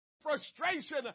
frustration